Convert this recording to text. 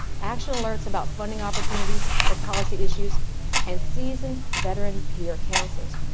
actual alerts about funding opportunities or policy issues and seasoned veteran peer counselors.